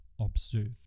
observed